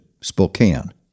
Spokane